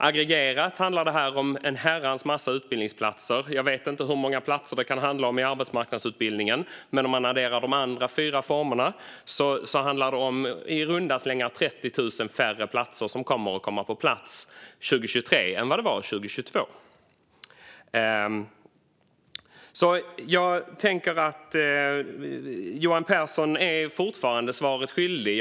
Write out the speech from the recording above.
Aggregerat handlar detta om en herrans massa utbildningsplatser. Jag vet inte hur många platser det kan handla om i arbetsmarknadsutbildningen, men om man adderar de andra fyra formerna handlar det om i runda slängar 30 000 färre platser 2023 än 2022. Johan Pehrson är fortfarande svaret skyldig.